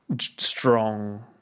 strong